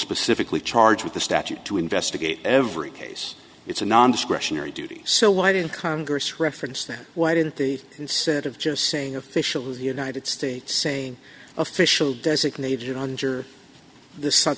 specifically charged with the statute to investigate every case it's a non discretionary duty so why did congress reference there why didn't they set of just saying officially the united states saying official designated under this su